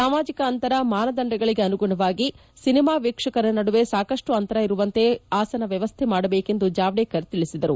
ಸಾಮಾಜಿಕ ಅಂತರ ಮಾನದಂಡಗಳಿಗೆ ಅನುಗುಣವಾಗಿ ಸಿನಿಮಾ ವೀಕ್ಷಕರ ನಡುವೆ ಸಾಕಷ್ಟು ಅಂತರ ಇರುವಂತೆ ಆಸನ ವ್ಯವಸ್ಥೆ ಮಾಡಬೇಕು ಎಂದು ಜಾವಡೇಕರ್ ತಿಳಿಸಿದರು